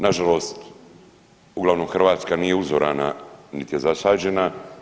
Na žalost uglavnom Hrvatska nije uzorana niti je zasađena.